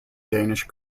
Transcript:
danish